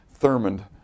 Thurmond